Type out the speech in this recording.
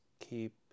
keep